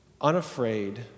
unafraid